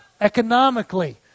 Economically